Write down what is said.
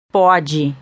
pode